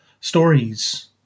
stories